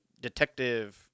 Detective